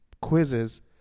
quizzes